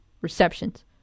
receptions